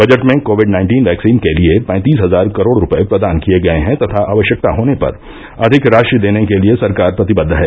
budget में covid nineteen vaccine के लिए पैंतीस हजार करोड़ रुपए प्रदान किये गए हैं तथा आवश्यकता होने पर अधिक राशि देने के लिए सरकार प्रतिबद्ध है